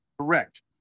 Correct